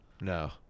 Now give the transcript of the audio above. No